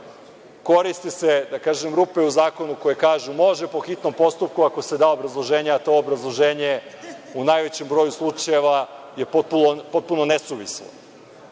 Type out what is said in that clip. Koriste se, da kažem, rupe u zakonu koje kažu – može po hitnom postupku ako se da obrazloženje, a to obrazloženje u najvećem broju slučajeva je potpuno nesuvisan.